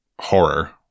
horror